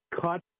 cut